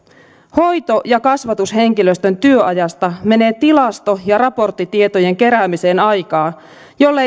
hoito ja kasvatushenkilöstön työajasta menee tilasto ja raporttitietojen keräämiseen aikaa jolle